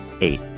eight